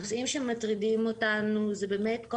הנושאים שמטרידים אותנו הם באמת כל